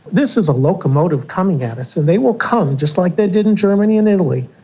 this is a locomotive coming at us and they will come, just like they did in germany and italy.